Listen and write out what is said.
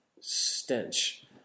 stench